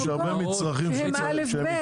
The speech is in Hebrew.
יש הרבה מצרכים שהם יקרים.